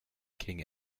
king